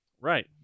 right